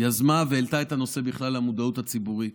היא יזמה והעלתה את הנושא למודעות הציבורית.